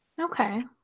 okay